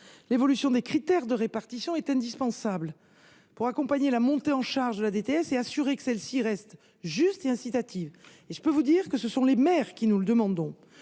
L’évolution des critères de répartition est indispensable pour accompagner la montée en charge de la DTS et faire en sorte qu’elle reste juste et incitative. Je peux vous dire que ce sont les maires qui nous le demandent.